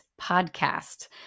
Podcast